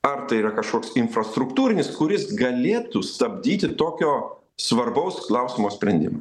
ar tai yra kažkoks infrastruktūrinis kuris galėtų stabdyti tokio svarbaus klausimo sprendimą